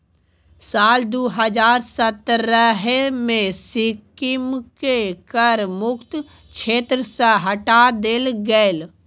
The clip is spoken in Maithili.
साल दू हजार सतरहे मे सिक्किमकेँ कर मुक्त क्षेत्र सँ हटा देल गेलै